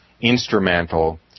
instrumental